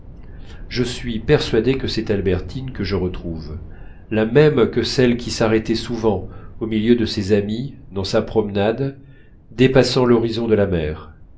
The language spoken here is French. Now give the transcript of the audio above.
je suis persuadé que c'est albertine que je retrouve la même que celle qui s'arrêtait souvent au milieu de ses amies dans sa promenade dépassant l'horizon de la mer